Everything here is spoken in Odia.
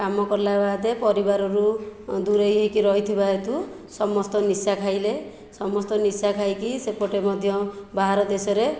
କାମ କଲା ବାଦେ ପରିବାରରୁ ଦୁରେଇ ହେଇକି ରହିଥିବା ହେତୁ ସମସ୍ତ ନିଶା ଖାଇଲେ ସମସ୍ତ ନିଶା ଖାଇକି ସେପଟେ ମଧ୍ୟ ବାହାର ଦେଶରେ